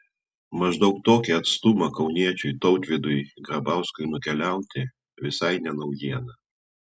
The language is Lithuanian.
maždaug tokį atstumą kauniečiui tautvydui grabauskui nukeliauti visai ne naujiena